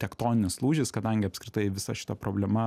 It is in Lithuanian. tektoninis lūžis kadangi apskritai visa šita problema